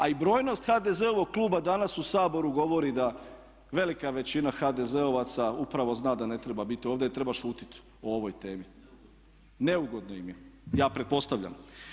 A i brojnost HDZ-ovog kluba danas u Saboru govori da velika većina HDZ-ovaca upravo zna da ne treba biti ovdje i treba šutit o ovoj temi, neugodno im je ja pretpostavljam.